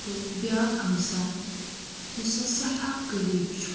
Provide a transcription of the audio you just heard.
تہٕ بیاکھ ہَمساے یُس اسہِ سیٚٹھاہ قریٖب چھُ